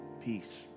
peace